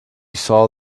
saw